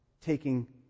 taking